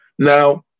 Now